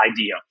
idea